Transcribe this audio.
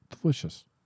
Delicious